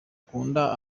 akunda